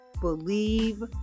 believe